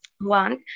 One